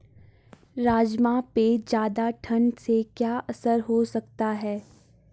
राजमा पे ज़्यादा ठण्ड से क्या असर हो सकता है?